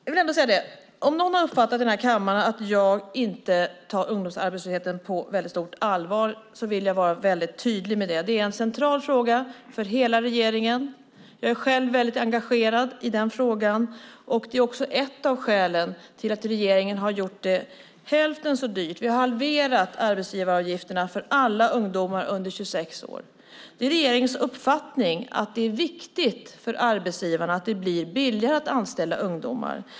Om någon i den här kammaren har uppfattat att jag inte tar ungdomsarbetslösheten på väldigt stort allvar vill jag vara väldigt tydlig: Det är en central fråga för hela regeringen. Jag är själv väldigt engagerad i den frågan, och det är också ett av skälen till att regeringen genom att halvera arbetsgivaravgifterna för alla ungdomar under 26 år har gjort det hälften så dyrt att anställa dem. Det är regeringens uppfattning att det är viktigt för arbetsgivarna att det blir billigare att anställa ungdomar.